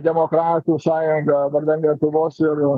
demokratų sąjunga vardan lietuvos ir